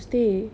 this tuesday